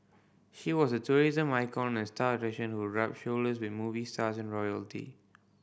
she was a tourism icon and star attraction who rubbed shoulders with movie stars and royalty